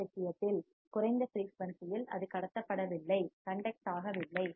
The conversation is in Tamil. இந்த விஷயத்தில் குறைந்த ஃபிரீயூன்சியில் அது கடத்தப்படவில்லை கண்டக்ட் ஆகவில்லை